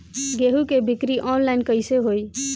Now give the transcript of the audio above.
गेहूं के बिक्री आनलाइन कइसे होई?